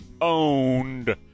owned